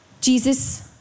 Jesus